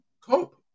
cope